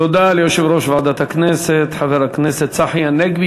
תודה ליושב-ראש ועדת הכנסת, חבר הכנסת צחי הנגבי.